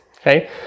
okay